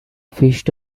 feast